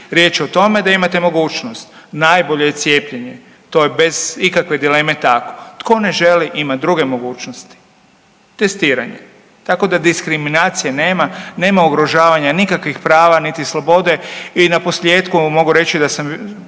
Riječ je o tome da imate mogućnost, najbolje je cijepljenje to je bez ikakve dileme tako. Tko ne želi ima druge mogućnosti, testiranje, tako da diskriminacije nema, nema ugrožavanja nikakvih prava niti slobode i naposljetku vam mogu reći da sam